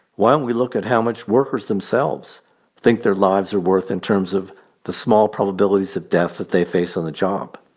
why don't we look at how much workers themselves think their lives are worth in terms of the small probabilities of death that they face on the job?